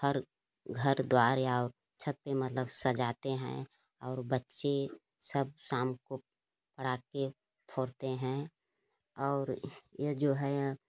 हर घर द्वार या छत पर मतलब सजाते हैं और बच्चे सब शाम को पटाके फोड़ते हैं और यह जो है